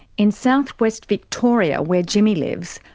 in south-west victoria where jimmy lives,